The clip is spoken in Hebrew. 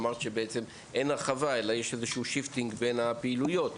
אמרת שאין הרחבה, אלא יש שיפטינג בין הפעילויות.